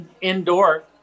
indoor